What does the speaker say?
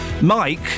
Mike